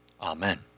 Amen